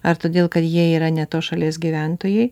ar todėl kad jie yra ne tos šalies gyventojai